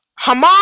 Haman